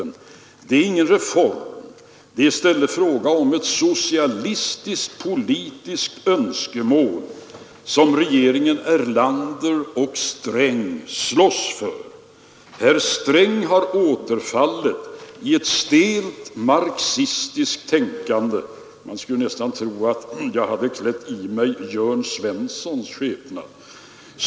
Det är ingen reform. Det är i stället en fråga om ett socialistiskt politiskt önskemål som regeringen Erlander och Sträng slåss för.” ”Herr Sträng har återfallit i ett stelt marxistiskt tänkande” — man skulle nästan kunna tro att jag hade iklätt mig Jörn Svenssons skepnad!